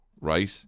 right